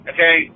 Okay